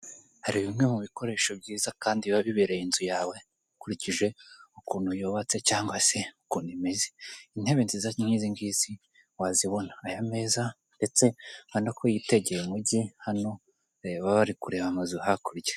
Hari bimwe mu bikoresho byiza kandi biba bibereye inzu yawe ukurikije ukuntu yubatse cyangwa se uko imeze. Intebe nziza nk'izingigizi wazibona. Aya meza ndetse urabona ko yitegeye umujyi hano baba bari kureba amazu hakurya.